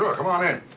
ah come on in.